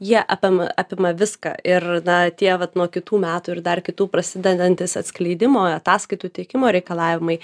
jie apima apima viską ir na tie vat nuo kitų metų ir dar kitų prasidedantys atskleidimo ataskaitų tiekimo reikalavimai